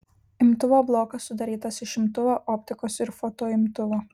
imtuvo blokas sudarytas iš imtuvo optikos ir fotoimtuvo